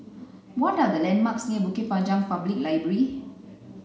what are the landmarks near Bukit Panjang Public Library